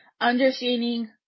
understanding